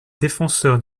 défenseurs